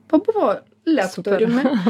pabuvo lektoriumi